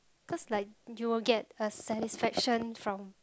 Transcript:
cause like you will get a satisfaction from